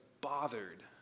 bothered